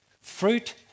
fruit